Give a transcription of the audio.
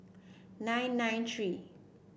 nine nine three